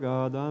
God